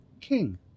king